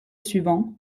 suivant